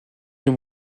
des